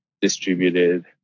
distributed